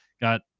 got